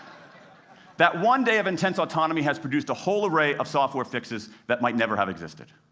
that one day of intense autonomy has produced a whole array of software fixes that might never have existed.